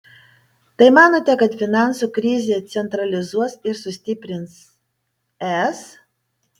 tai manote kad finansų krizė centralizuos ir sustiprins es